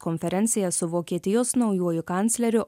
konferenciją su vokietijos naujuoju kancleriu